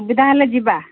ସୁବିଧା ହେଲେ ଯିବା